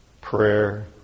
prayer